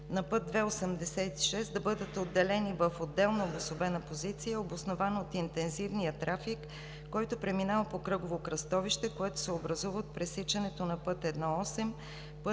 на път ІІ-86 да бъдат отделени в отделна обособена позиция е обоснована от интензивния трафик, който преминава по кръгово кръстовище, което се образува от пресичането на път I-8,